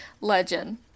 legend